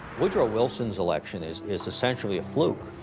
woodrow wilson's election is is essentially a fluke.